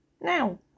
Now